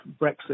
Brexit